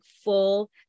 full